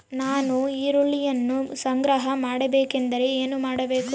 ನಾನು ಈರುಳ್ಳಿಯನ್ನು ಸಂಗ್ರಹ ಮಾಡಬೇಕೆಂದರೆ ಏನು ಮಾಡಬೇಕು?